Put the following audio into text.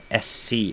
SC